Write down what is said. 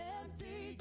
empty